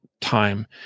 time